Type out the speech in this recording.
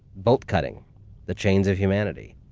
bolt cutting the chains of humanity.